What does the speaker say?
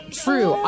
true